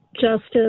justice